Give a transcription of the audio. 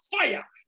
fire